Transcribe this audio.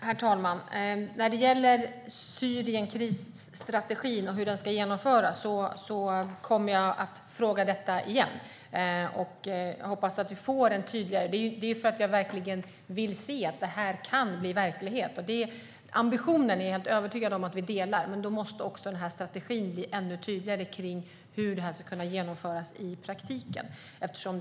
Herr talman! Syrienstrategin och hur den ska genomföras kommer jag att fråga om igen. Jag hoppas att det blir tydligare. Det är därför att jag verkligen vill se att detta kan bli verklighet. Ambitionen är jag helt övertygad om att vi delar. Men då måste strategin för hur det ska kunna genomföras i praktiken bli ännu tydligare.